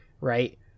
right